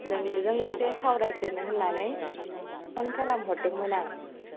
नोंजों एसे सावरायग्रोनो होन्नानै फन खालामहरदोंमोन आं